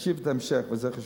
תקשיב להמשך, וזה חשוב.